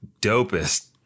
dopest